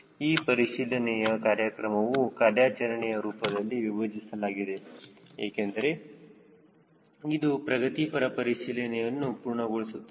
ಈ ಪರಿಶೀಲನೆಯ ಕಾರ್ಯಕ್ರಮವು ಕಾರ್ಯಾಚರಣೆಯ ರೂಪದಲ್ಲಿ ವಿಭಜಿಸಲಾಗಿದೆ ಏಕೆಂದರೆ ಇದು ಪ್ರಗತಿಪರ ಪರಿಶೀಲನೆಯನ್ನು ಪೂರ್ಣಗೊಳಿಸುತ್ತದೆ